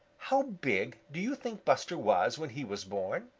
how big do you think buster was when he was born?